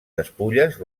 despulles